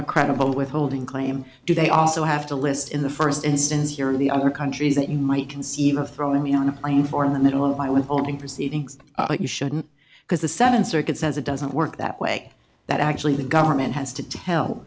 a credible withholding claim do they also have to list in the first instance here of the other countries that might conceive of throwing me on the line for in the middle of my withholding proceedings like you shouldn't because the seventh circuit says it doesn't work that way that actually the government has to tell